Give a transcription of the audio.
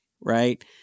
right